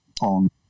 on